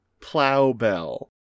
Plowbell